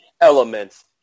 elements